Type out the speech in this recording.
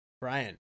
Brian